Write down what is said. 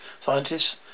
scientists